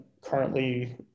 currently